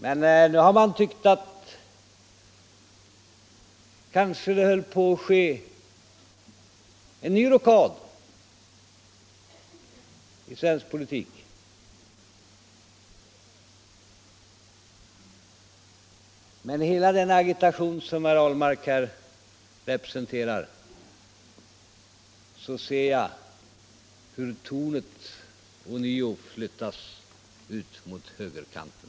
Men nu anade man att en ny rockad i svensk politik var på väg — men i hela den agitation som herr Ahlmark bedriver ser jag hur tornet ånyo flyttas ut mot högerkanten.